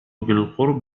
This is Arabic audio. بالقرب